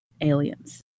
aliens